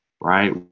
right